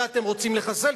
את זה אתם רוצים לחסל,